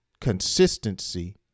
consistency